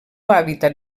hàbitat